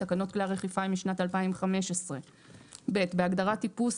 תקנות כלי הרחיפה הם משנת 2015. (ב) בהגדרת "טיפוס",